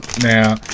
Now